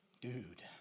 Dude